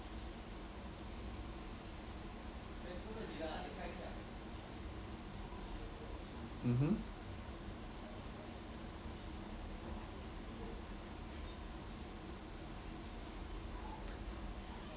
mmhmm